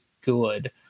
good